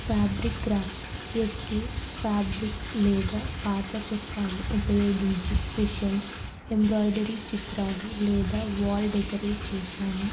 fabric crafts ఎత్తు fabrics లేదా పాతచొక్కాలు ఉపయోగించి కుషన్స్ ఎంబ్రాయిడరీ చిత్రాలు లేదా వాల్ డెకరేట్ చేశాను